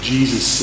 Jesus